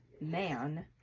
man